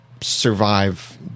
survive